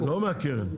לא מהקרן.